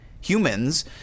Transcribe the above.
humans